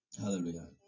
hallelujah